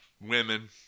women